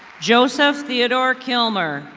joseph theodore kilner,